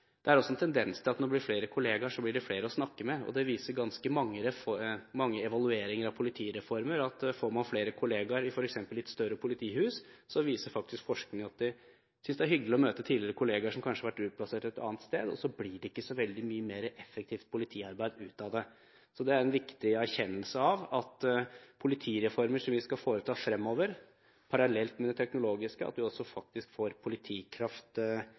det er en tendens til at når det blir flere kolleger, blir det flere å snakke med. Ganske mange evalueringer av politireformer, og forskning, viser at får man flere kolleger, f.eks. i et større politihus, synes man det er hyggelig å treffe tidligere kolleger som kanskje har vært utplassert et annet sted, og så blir det ikke mye mer effektivt politiarbeid ut av det. Det er en viktig erkjennelse av at vi ved politireformer som vi skal foreta fremover, parallelt med det teknologiske, også får politikraft ut av det. Da er det viktig, knyttet til en resultatreform, at